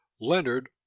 Leonard